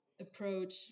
approach